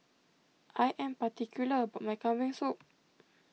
I am particular about my Kambing Soup